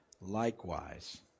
likewise